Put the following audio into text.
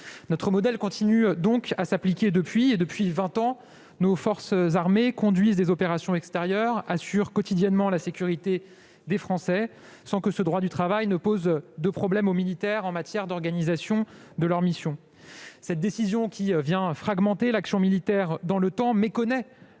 Notre modèle continue donc à s'appliquer depuis et, depuis vingt ans, nos forces armées conduisent des opérations extérieures, assurent quotidiennement la sécurité des Français sans que ce droit du travail pose de problème aux militaires en matière d'organisation de leur mission. Cette décision, qui vient fragmenter l'action militaire dans le temps, méconnaît